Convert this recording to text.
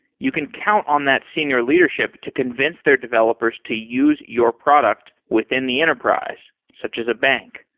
you can count on that senior leadership to convince their developers to use your product within the enterprise, such as a bank.